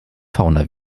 fauna